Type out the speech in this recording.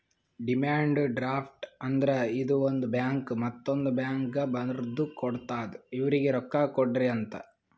demand draft ಅಂದ್ರ ಇದು ಒಂದು ಬ್ಯಾಂಕ್ ಮತ್ತೊಂದ್ ಬ್ಯಾಂಕ್ಗ ಬರ್ದು ಕೊಡ್ತಾದ್ ಇವ್ರಿಗ್ ರೊಕ್ಕಾ ಕೊಡ್ರಿ ಅಂತ್